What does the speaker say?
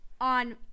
on